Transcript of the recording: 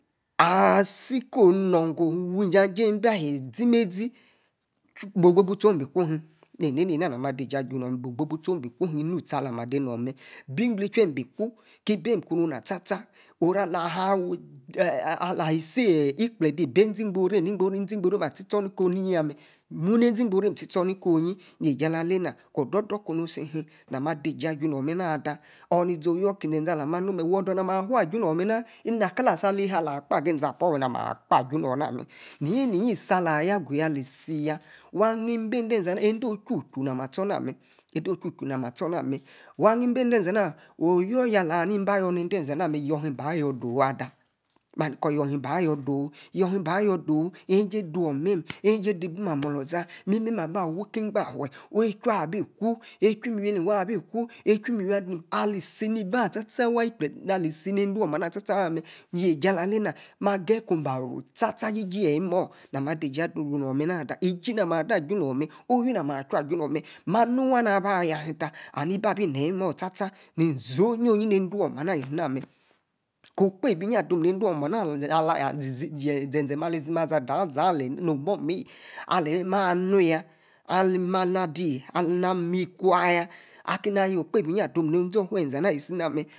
mba hie, zi-mezi, bo ogbo-gbo tie,-oh bi ku himm, enene-na-nah ma, diji aju-nor, bo-ogbo-gbo-utie, bi- ku himm enu, utie alah, ma adenu mer, bi in-ble-echu, mem bi kuu, ki-bem-mer, kuna na, sta-sta oro-ah, lah, ha isi eeh, ikplede, bi e-zi gboru meh atie-stor ni ko-yie-ya. mu, ne-e-zi gboru, tie stor ni-ko yi, ne-jie alah alaley-na, kor, odor-odor kunu si. na ma, da-ji aju-nor meh na ada, orr ne-zee, oyor ki izezee ama manu wu-dor, na mah-afu aju nor, mer, mena, ena, naka leha, alah akpa agi esam-pa or na ma kpa ajuna-na, mena, iyi-yi isi alah, ayo agu ya ali-si ya, wa nim bede. ezee, ana ende-odui uchu na ma astor na mer, wa amim be-ende, ezee-na oh yo-yor alahami mba yor nede-yor nede-ezeena. yor mba yor, dowa ada ma, ko-yor mba yon dowu, m-ejie de, wor ma, mem, ejie de ibum amor-lor za, mimem aba wiki-iyanfe, e-chuwa, abi ku, e-chuw-miwi nemi wa, abi ku, echuw, miwi-adim ali-si ni-ba, sta-sta, wa ali-ikplede, ali si nede- wo-ma, sta-sta waa, yie-ji alalena, ageyi ku ba ru, sta-sta, ji-ji eyi mimemah, na-ma diji ajunu mer, mena-ada iji-na, ma da-aju nu mer, oh-wi na ma, achu, ajuna, ma awu waa, na-aba ya hmm ta, and ebi-abi neyi imimoh sta-sta, izi-oh-yi ende, woma-anah ali-si na mer, ko-okpebi egi adom nede-woma-ana, izie ala ya zi ezee, mali-simada, no omo-meye, aleyi alieya-ma, nu-ya ali mala- adi, ami kua yaa aki nenah, ayor okpebi, eyi adomi nede, ofue ezee, anah-esi na mer.